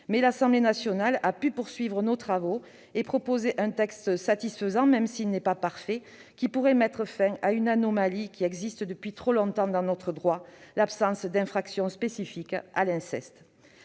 Mais l'Assemblée nationale a pu poursuivre nos travaux et proposer un texte satisfaisant, même s'il n'est pas parfait, qui pourrait mettre fin à une anomalie qui existe depuis trop longtemps dans notre droit : l'absence d'infraction spécifique visant l'inceste.